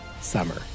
summer